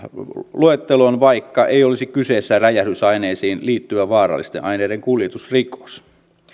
luetteloon vaikka ei olisi kyseessä räjähdysaineisiin liittyvä vaarallisten aineiden kuljetusrikos